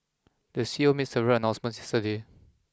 the C E O made several announcements yesterday